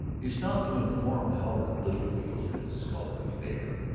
he stopped to inform howard littlefield, his scholarly neighbor,